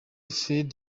faïd